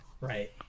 Right